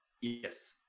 Yes